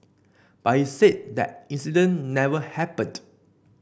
but he said that incident never happened